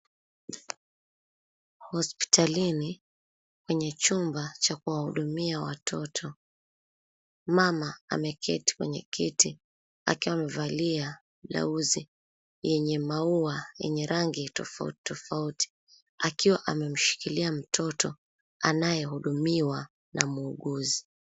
Hospitalini kwenye chumba cha kuwahudumia watoto. Mama ameketi kwenye kiti akiwa amevalia blauzi yenye maua yenye rangi tofauti tofauti. Akiwa amemshikilia mtoto anayehudumiwa na muuguzi.